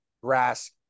grass